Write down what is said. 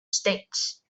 states